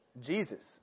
Jesus